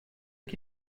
qui